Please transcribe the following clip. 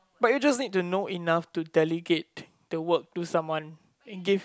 but you just need to know enough to delegate the work to someone give